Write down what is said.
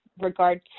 regard